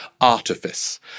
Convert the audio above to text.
artifice